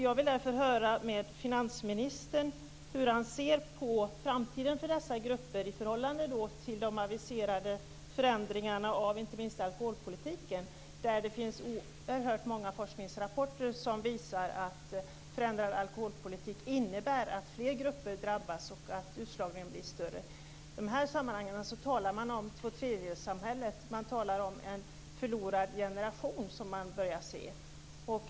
Jag vill därför höra med finansministern hur han ser på framtiden för dessa grupper i förhållande till de aviserade förändringarna av inte minst alkoholpolitiken. Det finns ju oerhört många forskningsrapporter som visar att en förändrad alkoholpolitik innebär att fler grupper drabbas och att utslagningen blir större. I dessa sammanhang talar man om tvåtredjedelssamhället och om att man börjar se en förlorad generation.